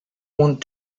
want